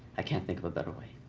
i can't think of a better way.